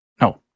no